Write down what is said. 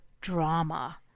drama